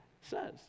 says